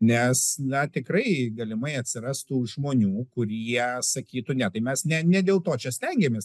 nes na tikrai galimai atsirastų žmonių kurie sakytų ne tai mes ne ne dėl to čia stengiamės